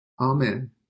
Amen